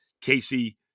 Casey